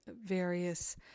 various